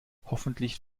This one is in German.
hoffentlich